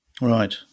Right